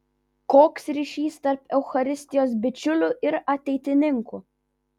koks ryšys tarp eucharistijos bičiulių ir ateitininkų